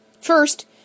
First